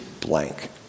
blank